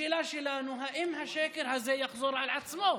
השאלה שלנו, האם השקר הזה יחזור על עצמו?